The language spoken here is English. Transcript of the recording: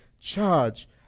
charge